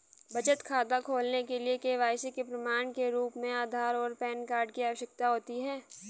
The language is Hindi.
बचत खाता खोलने के लिए के.वाई.सी के प्रमाण के रूप में आधार और पैन कार्ड की आवश्यकता होती है